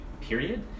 period